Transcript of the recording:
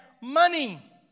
money